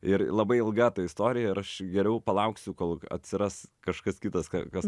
ir labai ilga ta istoriją ir aš geriau palauksiu kol atsiras kažkas kitas kas